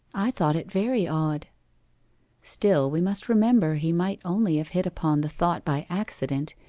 i thought it very odd still we must remember he might only have hit upon the thought by accident,